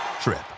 trip